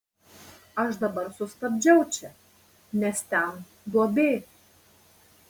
aš dabar sustabdžiau čia nes ten duobė